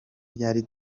ryari